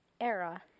era